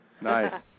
Nice